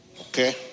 Okay